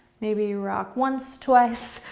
maybe rock once, twice,